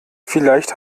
vielleicht